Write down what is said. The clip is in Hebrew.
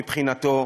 מבחינתו,